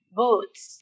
boots